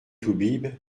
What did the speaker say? toubib